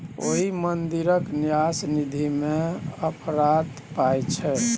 ओहि मंदिरक न्यास निधिमे अफरात पाय छै